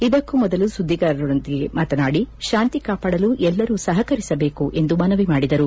ಇದಕ್ಕೂ ಮೊದಲು ಸುದ್ದಿಗಾರರೊಂದಿಗೆ ಮಾತನಾಡಿ ಶಾಂತಿ ಕಾಪಾಡಲು ಎಲ್ಲರೂ ಸಹಕರಿಸಬೇಕು ಎಂದು ಮನವಿ ಮಾಡಿದರು